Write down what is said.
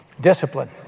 Discipline